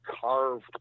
carved